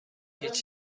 هیچ